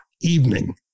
evening